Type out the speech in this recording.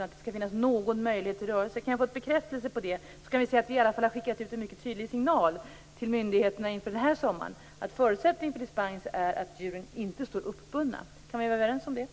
Det skall finnas någon möjlighet på rörelse. Kan jag få en bekräftelse på det? Då kan vi säga att vi i alla fall har skickat ut en mycket tydlig signal till myndigheterna inför den här sommaren om att förutsättningen för dispens är att djuren inte står uppbundna. Kan vi vara överens om det?